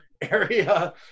area